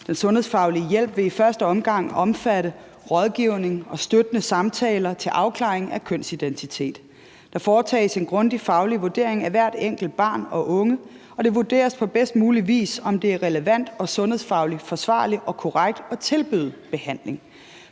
Den sundhedsfaglige hjælp vil i første omgang omfatte rådgivning og støttende samtaler til afklaring af kønsidentitet. Der foretages en grundig faglig vurdering af hvert enkelt barn og unge, og det vurderes på bedst mulig vis, om det er relevant og sundhedsfagligt forsvarligt og korrekt at tilbyde behandling.